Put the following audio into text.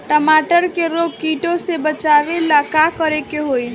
टमाटर को रोग कीटो से बचावेला का करेके होई?